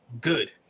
good